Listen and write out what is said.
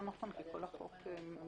לא מדויק.